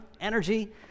energy